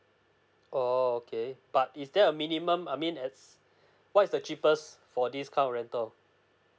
oo okay but is there a minimum I mean as what is the cheapest for this current rental